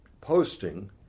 posting